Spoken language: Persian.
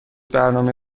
برنامه